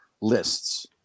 lists